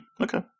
Okay